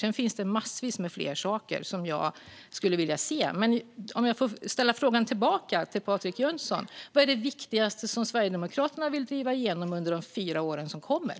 Sedan finns det massvis med fler saker jag skulle vilja se, men jag skulle vilja ställa frågan tillbaka till Patrik Jönsson: Vad är det viktigaste som Sverigedemokraterna vill driva igenom under de fyra år som kommer?